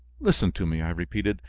listen to me, i repeated,